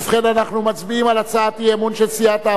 אנחנו מצביעים על הצעת אי-האמון של סיעת העבודה.